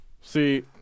See